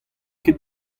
ket